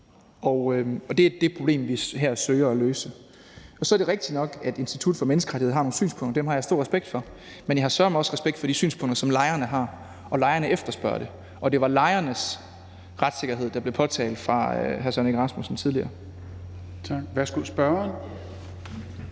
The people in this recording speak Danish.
Og det er det problem, vi her søger at løse. Så er det rigtigt nok, at Institut for Menneskerettigheder har nogle synspunkter. Dem har jeg stor respekt for, men jeg har søreme også respekt for de synspunkter, som lejerne har, og lejerne efterspørger det, og det var lejernes retssikkerhed, der blev påtalt af hr. Søren Egge Rasmussen tidligere. Kl. 18:44 Fjerde